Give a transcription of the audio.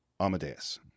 Amadeus